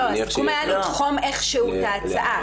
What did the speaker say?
לא, הסיכום היה לתחום איכשהו את ההצעה.